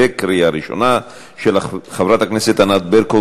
של חברת הכנסת ענת ברקו,